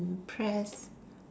impressed